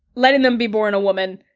letting them be born a woman.